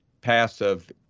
passive